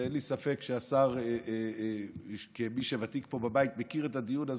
ואין לי ספק שהשר שוותיק פה בבית מכיר את הדיון הזה,